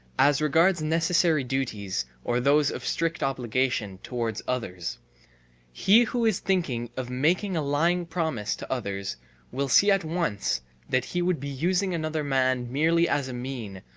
as regards necessary duties, or those of strict obligation, towards others he who is thinking of making a lying promise to others will see at once that he would be using another man merely as a mean,